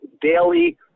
daily